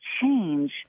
change